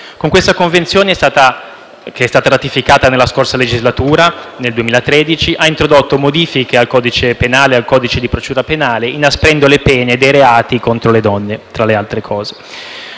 Questa Convenzione, che è stata ratificata nella scorsa legislatura (nel 2013), ha introdotto modifiche al codice penale e al codice di procedura penale, inasprendo le pene - tra le altre cose